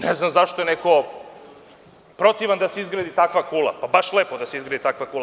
Ne znam zašto je neko protivan da se izgradi takva kula, baš je lepo da se izgradi takva kula.